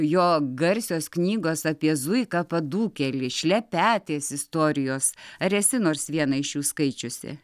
jo garsios knygos apie zuika padūkėlis šlepetės istorijos ar esi nors vieną iš jų skaičiusi